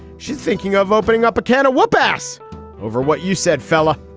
she's thinking of opening up a can of what? bass over what you said, fella.